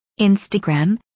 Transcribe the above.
Instagram